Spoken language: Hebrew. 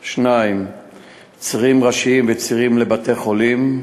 2. צירים ראשיים וצירים לבתי-חולים,